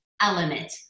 element